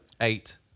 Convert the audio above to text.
eight